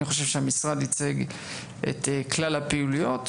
אני חושב שהמשרד ייצג את כלל הפעילויות.